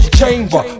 chamber